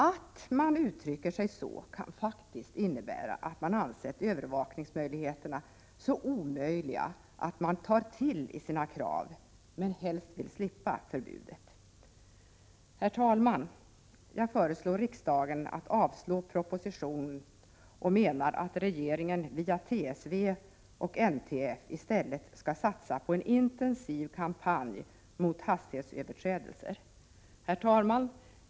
Att man uttrycker sig så kan faktiskt innebära att man anser att övervakningen är så omöjlig att utföra att man tar till i sina krav men helst vill slippa förbudet. 137 Prot. 1987/88:45 Herr talman! Jag föreslår att riksdagen skall avslå propositionen. Jag 15 december 1987 menar att regeringen via TSV och NTF i stället skall satsa på en intensiv kampanj mot hastighetsöverträdelser. Herr talman!